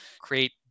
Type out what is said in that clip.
create